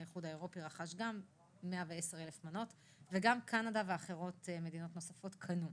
האיחוד האירופי רכש 110,000 מנות וגם קנדה ומדינות נוספות קנו.